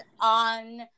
on